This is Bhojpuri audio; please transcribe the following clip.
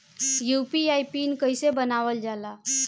यू.पी.आई पिन कइसे बनावल जाला?